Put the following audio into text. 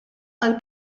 għal